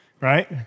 right